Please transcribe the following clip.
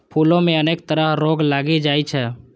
फूलो मे अनेक तरह रोग लागि जाइ छै